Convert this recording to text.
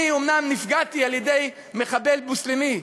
אני אומנם נפגעתי על-ידי מחבל מוסלמי,